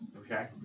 okay